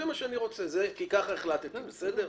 זה מה שאני רוצה כי כך החלטתי, בסדר?